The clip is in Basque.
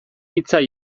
hitza